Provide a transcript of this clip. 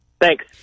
thanks